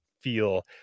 feel